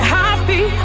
happy